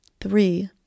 three